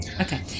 Okay